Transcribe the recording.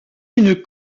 une